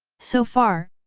so far,